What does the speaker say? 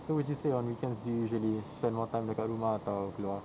so would you say on weekends do you usually spend more time dekat rumah atau keluar